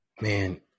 man